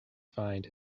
find